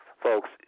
folks